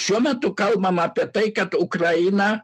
šiuo metu kalbam apie tai kad ukraina